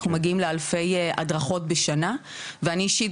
אנחנו מגיעים לאלפי הדרכות בשנה ואני אישית,